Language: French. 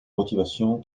motivations